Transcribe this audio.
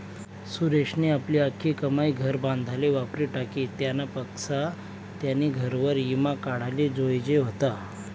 सुरेशनी आपली आख्खी कमाई घर बांधाले वापरी टाकी, त्यानापक्सा त्यानी घरवर ईमा काढाले जोयजे व्हता